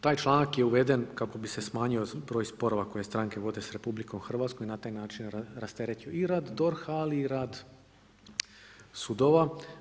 Taj članak je uveden kako bi se smanjio broj sporova koje stranke vode s RH i na taj način rastereću i rad DORH-a, ali i rad sudova.